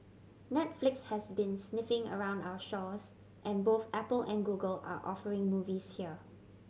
Netflix has been sniffing around our shores and both Apple and Google are offering movies here